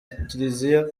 kiliziya